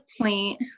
point